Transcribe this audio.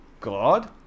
God